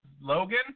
Logan